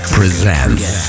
presents